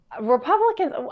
Republicans